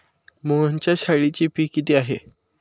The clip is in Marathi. मोहनच्या शाळेची फी किती आहे?